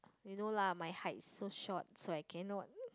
you know lah my height so short so I cannot